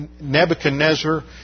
Nebuchadnezzar